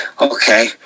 okay